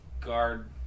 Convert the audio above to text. Guard